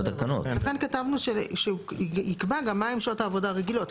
לכן כתבנו שהוא יקבע גם מהן שעות עבודה רגילות.